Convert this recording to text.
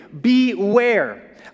Beware